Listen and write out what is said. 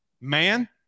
Man